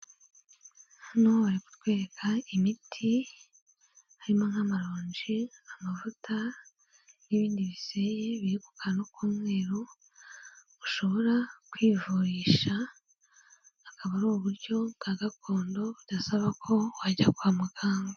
Hano bari kutwereka imiti, harimo nk'amaronji, amavuta n'ibindi biseye biri ku kantu k’umweru ushobora kwivurisha, akaba ari uburyo bwa gakondo budasaba ko wajya kwa muganga.